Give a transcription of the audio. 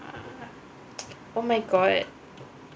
oh my god